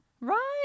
Right